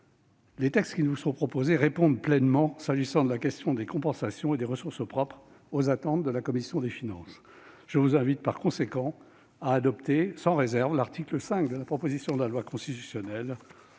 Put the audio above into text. les textes qui nous sont proposés répondent pleinement, s'agissant de la question des compensations et des ressources propres, aux attentes de la commission des finances ; je vous invite, par conséquent, à adopter sans réserve l'article 5 de la proposition de loi constitutionnelle